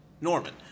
Norman